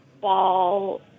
ball